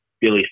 Billy